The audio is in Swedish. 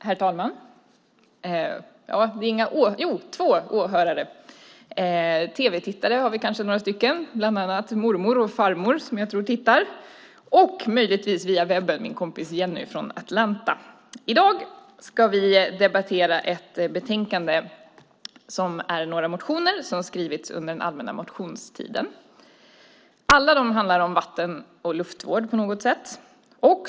Herr talman! I dag ska vi debattera ett betänkande som behandlar några motioner från den allmänna motionstiden. De handlar alla på något sätt om vatten och luftvård.